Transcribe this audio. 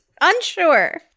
Unsure